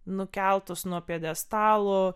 nukeltus nuo pjedestalo